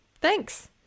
Thanks